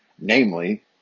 Namely